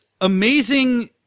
amazing